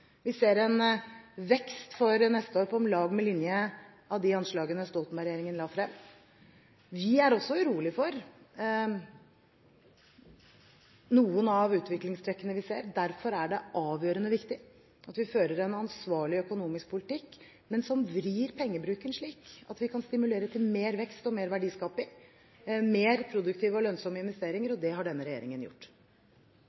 Vi ser en vekst for neste år om lag på linje med de anslag Stoltenberg-regjeringen la frem. Vi er også urolig for noen av utviklingstrekkene vi ser. Derfor er det avgjørende viktig at vi fører en ansvarlig økonomisk politikk som vrir pengebruken slik at vi kan stimulere til mer vekst, mer verdiskaping og mer produktive og lønnsomme investeringer